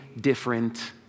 different